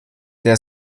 der